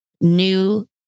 New